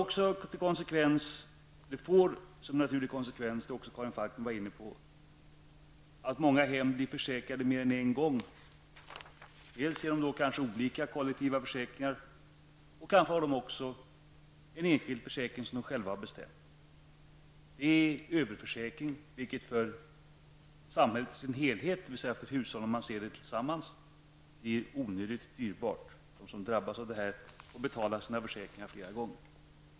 En naturligt konsekvens blir också det som Karin Falkmer var inne på, nämligen att många hem blir försäkrade mer än en gång. Det sker kanske genom dels olika kollektiva försäkringar, dels genom en enskild försäkring som man själv har beställt. Detta är överförsäkring, vilket för hushållen som helhet blir onödigt dyrbart. De som drabbas får betala sina försäkringar flera gånger om.